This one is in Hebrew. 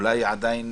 אולי היא עדיין